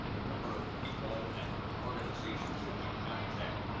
number of people and organizations that you contact.